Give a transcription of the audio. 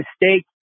mistake